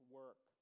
work